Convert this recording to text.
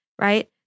right